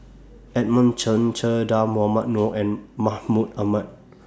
Edmund Chen Che Dah Mohamed Noor and Mahmud Ahmad